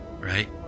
right